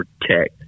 protect